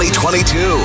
2022